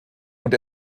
und